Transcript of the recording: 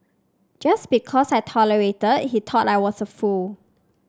just because I tolerated he thought I was a fool